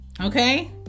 Okay